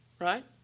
right